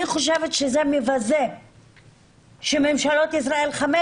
אני חושבת שזה מבזה שממשלות ישראל חמש